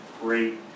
great